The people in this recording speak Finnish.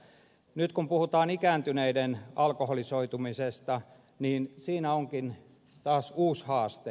nyt kun puhutaan ikääntyneiden alkoholisoitumisesta niin siinä onkin taas uusi haaste